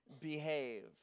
behave